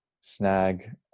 snag